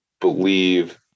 believe